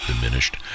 diminished